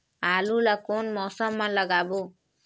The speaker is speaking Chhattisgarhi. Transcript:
आलू ला कोन मौसम मा लगाबो?